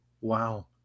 Wow